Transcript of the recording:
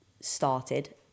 started